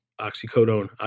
oxycodone